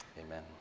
Amen